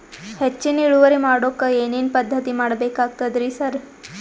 ಹೆಚ್ಚಿನ್ ಇಳುವರಿ ಮಾಡೋಕ್ ಏನ್ ಏನ್ ಪದ್ಧತಿ ಮಾಡಬೇಕಾಗ್ತದ್ರಿ ಸರ್?